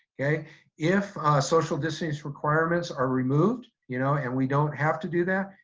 yeah if social distance requirements are removed you know and we don't have to do that,